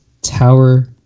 Tower